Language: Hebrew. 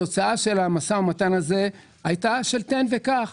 התוצאה של המשא ומתן הזה הייתה של תן וקח.